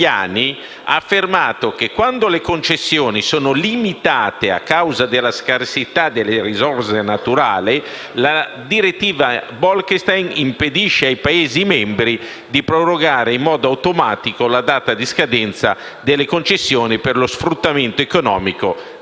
ha affermato che quando le concessioni sono limitate a causa della scarsità delle risorse naturali, la direttiva Bolkestein impedisce ai Paesi membri di prorogare in modo automatico la data di scadenza delle concessioni per lo sfruttamento economico del demanio